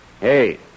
Hey